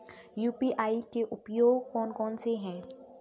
UPI के उपयोग कौन कौन से हैं?